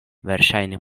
verŝajne